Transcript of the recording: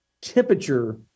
temperature